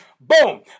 Boom